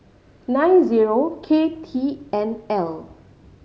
nine zero K T N L